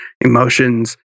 emotions